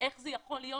איך זה יכול להיות